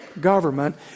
government